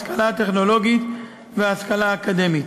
ההשכלה הטכנולוגית וההשכלה האקדמית.